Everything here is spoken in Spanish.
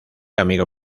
amigo